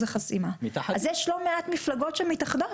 החסימה אז יש לא מעט מפלגות שמתאחדות.